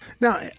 Now